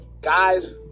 guys